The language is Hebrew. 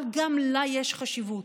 אבל גם לה יש חשיבות.